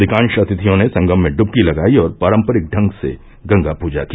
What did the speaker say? अधिकांश अतिथियों ने संगम में ड्बकी लगाई और पारम्परिक ढंग से गंगा पूजा की